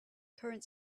current